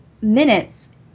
minutes